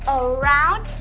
around,